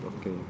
okay